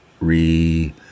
re